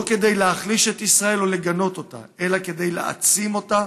לא כדי להחליש את ישראל או לגנות אותה אלא כדי להעצים אותה